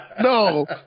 No